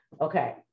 Okay